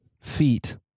feet